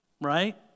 Right